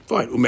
Fine